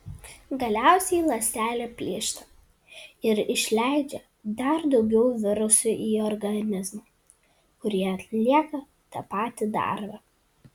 galiausiai ląstelė plyšta ir išleidžia dar daugiau virusų į organizmą kurie atlieka tą patį darbą